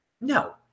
No